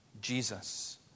Jesus